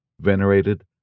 venerated